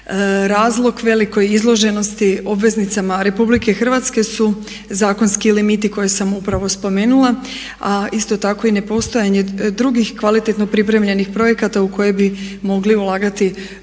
Razlog velike izloženosti obveznicama RH su zakonski limiti koje sam upravo spomenula. A isto tako i nepostojanje drugih kvalitetno pripremljenih projekata u koje bi mogli ulagati ova